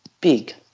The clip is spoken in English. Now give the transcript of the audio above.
big